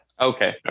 Okay